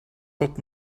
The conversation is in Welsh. dod